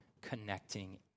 connecting